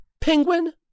Penguin